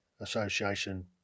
Association